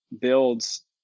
builds